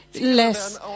less